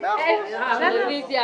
אחרת יהיה בלגן מאוד גדול.